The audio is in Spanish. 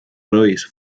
royce